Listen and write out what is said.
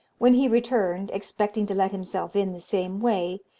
when he returned, expecting to let himself in the same way,